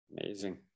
amazing